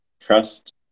Trust